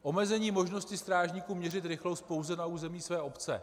Omezení možnosti strážníků měřit rychlost pouze na území své obce.